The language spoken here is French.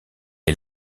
est